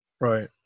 Right